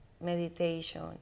meditation